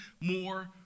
more